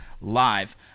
live